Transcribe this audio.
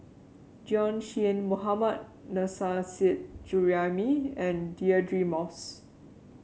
Bjorn Shen Mohammad Nurrasyid Juraimi and Deirdre Moss